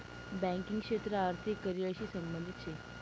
banking क्षेत्र आर्थिक career शी संबंधित शे